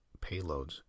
payloads